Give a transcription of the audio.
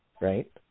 right